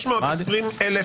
620,000